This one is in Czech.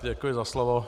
Děkuji za slovo.